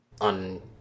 On